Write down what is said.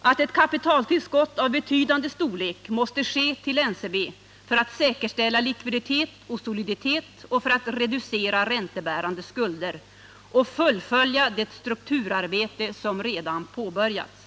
att ”ett kapitaltillskott av betydande storlek måste ske till NCB för att säkerställa likviditet och soliditet samt för att reducera räntebärande skulder och fullfölja det strukturarbete som redan påbörjats”.